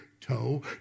toe